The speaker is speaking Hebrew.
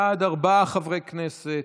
בעד, ארבעה חברי כנסת,